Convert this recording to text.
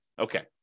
Okay